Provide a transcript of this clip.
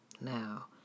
Now